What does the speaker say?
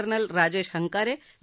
colonel Rajesh Hankare ले